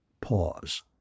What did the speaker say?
Pause